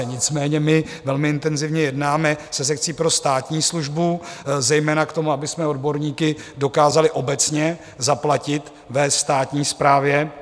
Nicméně my velmi intenzivně jednáme se sekcí pro státní službu, zejména k tomu, abychom odborníky dokázali obecně zaplatit ve státní správě.